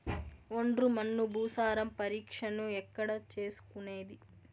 ఒండ్రు మన్ను భూసారం పరీక్షను ఎక్కడ చేసుకునేది?